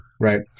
Right